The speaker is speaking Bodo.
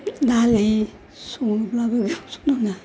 दालि सङोब्लाबो गोबाव सम नाङा